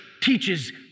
teaches